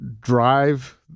drive